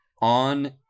on